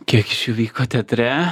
kiek iš jų vyko teatre